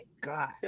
god